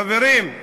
חברים,